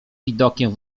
widokiem